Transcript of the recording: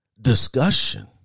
discussion